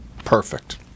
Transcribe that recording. perfect